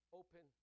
open